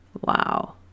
Wow